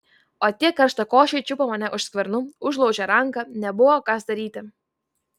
o tie karštakošiai čiupo mane už skvernų užlaužė ranką nebuvo kas daryti